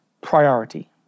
priority